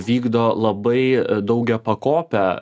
vykdo labai daugiapakopę